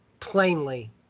plainly